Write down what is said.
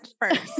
first